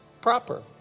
proper